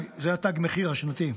זה תג המחיר השנתי.